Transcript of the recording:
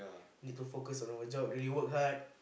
need to focus on our job really work hard